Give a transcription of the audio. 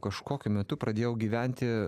kažkokiu metu pradėjau gyventi